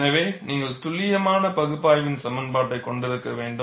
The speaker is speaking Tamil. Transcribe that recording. எனவே நீங்கள் துல்லியமான பகுப்பையிவின் சமன்பாட்டை கொண்டிருக்க வேண்டும்